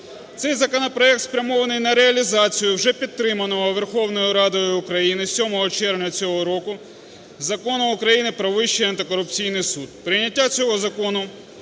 Цей законопроект, спрямований на реалізацію вже підтриманого Верховною Радою України 7 червня цього року Закону України "Про Вищій антикорупційний суд". Прийняття цього закону